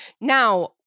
Now